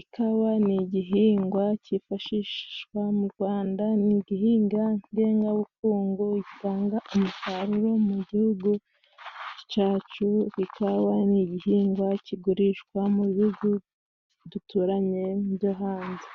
ikawa ni igihingwa cyifashishwa mu Rwanda ni igihingwa ngengabukungu itanga umusaruro mu gihugu cyacu. Ikawa ni igihingwa kigurishwa mu bihugu duturanye byo hanze.